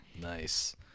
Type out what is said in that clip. Nice